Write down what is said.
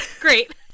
Great